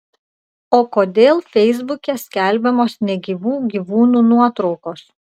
o kodėl feisbuke skelbiamos negyvų gyvūnų nuotraukos